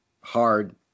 hard